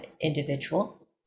individual